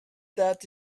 that